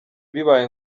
bibaye